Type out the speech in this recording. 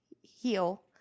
heal